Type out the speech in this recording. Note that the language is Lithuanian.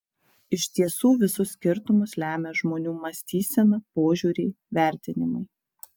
iš tiesų visus skirtumus lemia žmonių mąstysena požiūriai vertinimai